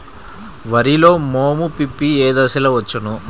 వరిలో మోము పిప్పి ఏ దశలో వచ్చును?